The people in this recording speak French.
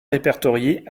répertoriés